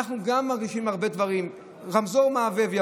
אנחנו גם מרגישים הרבה דברים: רמזור ירוק מהבהב,